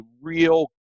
real